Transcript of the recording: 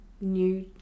new